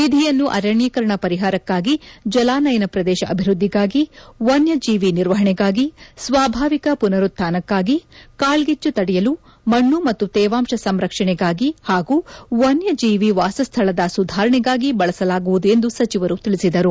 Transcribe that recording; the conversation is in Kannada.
ನಿಧಿಯನ್ನು ಅರಣ್ಯೀಕರಣ ಪರಿಹಾರಕ್ಕಾಗಿ ಜಲಾನಯನ ಪ್ರದೇಶ ಅಭಿವ್ವದ್ದಿಗಾಗಿ ವನ್ಯಜೀವಿ ನಿರ್ವಹಣೆಗಾಗಿ ಸ್ವಾಭಾವಿಕ ಪುನರುತ್ದಾನಕ್ಕಾಗಿ ಕಾಳ್ಗಿಚ್ಚು ತಡೆಯಲು ಮಣ್ಚು ಮತ್ತು ತೇವಾಂಶ ಸಂರಕ್ಷಣೆಗಾಗಿ ಹಾಗೂ ವನ್ಯಜೀವಿ ವಾಸಸ್ಥಳದ ಸುಧಾರಣೆಗಾಗಿ ಬಳಸಲಾಗುವುದು ಎಂದು ಸಚಿವರು ತಿಳಿಸಿದರು